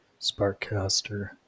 Sparkcaster